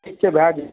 ठीक छै भए जेतै